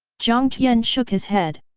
jiang tian shook his head.